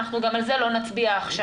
אנחנו גם על זה לא נצביע עכשיו.